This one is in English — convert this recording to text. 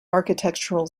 architectural